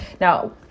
Now